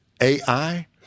AI